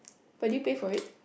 but did you pay for it